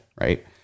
right